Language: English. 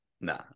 nah